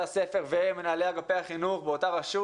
הספר ומנהלי אגפי החינוך באותה רשות.